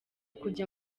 kujya